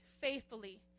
faithfully